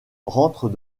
rentre